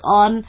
on